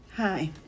Hi